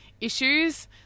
issues